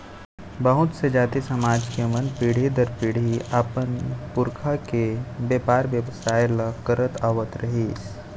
बहुत से जाति, समाज के मन पीढ़ी दर पीढ़ी अपन पुरखा के बेपार बेवसाय ल करत आवत रिहिथे